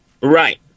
Right